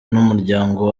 n’umuryango